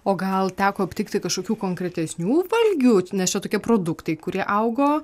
o gal teko aptikti kažkokių konkretesnių valgių nes čia tokie produktai kurie augo